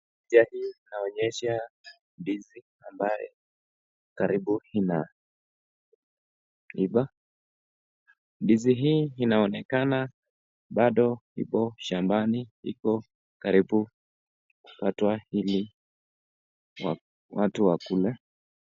Picha hii inaonyesha ndizi ambaye karibu inaiva. Ndizi hii inaonekana bado iko shambani, iko karibu kukatwa ili watu wakule.